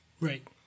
Right